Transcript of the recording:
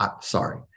sorry